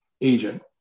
agent